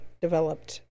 developed